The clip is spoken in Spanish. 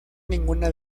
ninguna